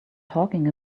talking